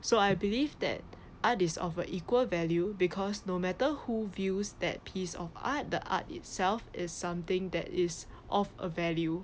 so I believe that art is of a equal value because no matter who views that piece of art the art itself is something that is of a value